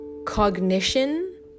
cognition